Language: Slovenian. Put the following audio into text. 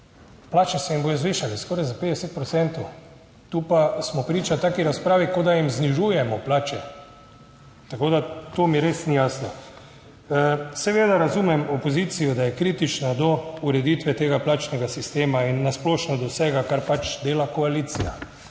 plače se jim bodo zvišale skoraj za 50 procentov. Tu pa smo priča taki razpravi, kot da jim znižujemo plače. Tako da to mi res ni jasno. Seveda razumem opozicijo, da je kritična do ureditve tega plačnega sistema in na splošno do vsega, kar pač dela koalicija.